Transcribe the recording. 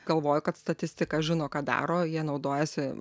galvoju kad statistika žino ką daro jie naudojasi